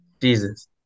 Jesus